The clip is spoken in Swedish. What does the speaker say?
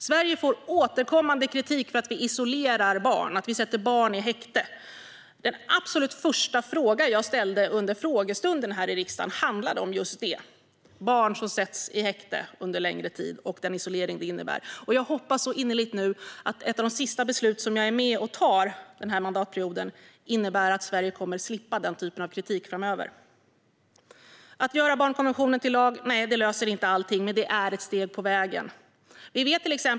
Sverige får återkommande kritik för att vi isolerar barn, för att vi sätter barn i häkte. Den absolut första fråga som jag ställde under frågestunden här i riksdagen handlade om just barn som sätts i häkte under längre tid och den isolering som det innebär. Jag hoppas innerligt nu att ett av de sista beslut som jag är med om att fatta under den här mandatperioden innebär att Sverige kommer att slippa att få den typen av kritik framöver. Att göra barnkonventionen till lag löser inte allting, men det är ett steg på vägen.